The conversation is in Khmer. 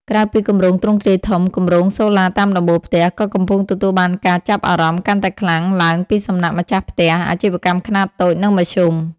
ក្រៅពីគម្រោងទ្រង់ទ្រាយធំ គម្រោងសូឡាតាមដំបូលផ្ទះ ក៏កំពុងទទួលបានការចាប់អារម្មណ៍កាន់តែខ្លាំងឡើងពីសំណាក់ម្ចាស់ផ្ទះ អាជីវកម្មខ្នាតតូច និងមធ្យម។